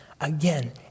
again